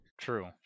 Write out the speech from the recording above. True